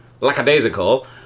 lackadaisical